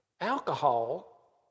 Alcohol